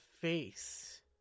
Face